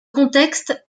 contexte